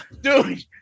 Dude